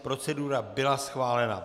Procedura byla schválena.